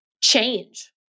change